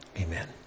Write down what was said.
Amen